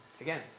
again